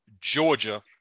georgia